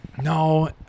No